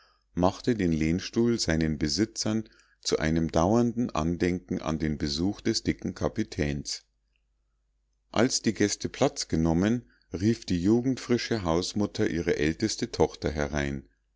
machte den lehnstuhl seinen besitzern zu einem dauernden andenken an den besuch des dicken kapitäns als die gäste platz genommen rief die jugendfrische hausmutter ihre älteste tochter herein